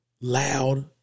loud